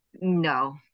No